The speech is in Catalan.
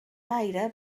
gaire